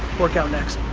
work out next.